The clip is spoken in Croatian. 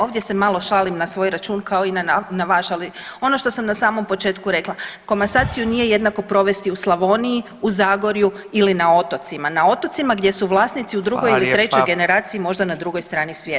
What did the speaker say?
Ovdje se malo šalim na svoj račun kao i na vaš, ali ono što sam na samom početku rekla komasaciju nije jednako provesti u Slavoniji, u Zagorju ili na otocima, na otocima gdje su vlasnici u drugoj ili trećoj generaciji možda na drugoj strani svijeta.